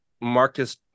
Marcus